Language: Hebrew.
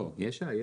לא, יש עלייה.